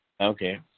Okay